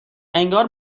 انگار